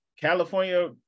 California